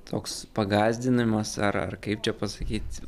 toks pagąsdinimas ar ar kaip čia pasakyt